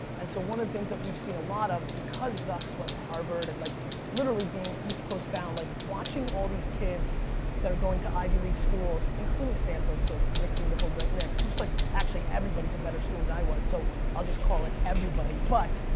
and so one of the things that we've seen a lot of because zucks went to harvard and like literally being east coast bound like watching all these kids that are going to ivy league schools, including stanford so mixing the whole like mix. just like actually everybody's a better student than i was, so i'll just call it everybody. but,